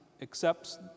accepts